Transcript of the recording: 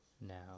Now